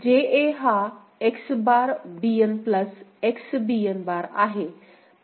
Ja हा X bar Bn plus XBn bar आहे